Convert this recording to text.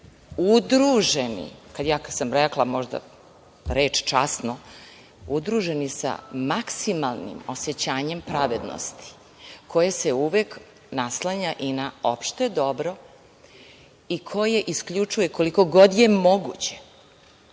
udruženi. Kad sam rekla možda reč - časno, udruženi sa maksimalnim osećanjem pravednosti koje se uvek naslanja i na opšte dobro i koje isključuje, koliko god je moguće,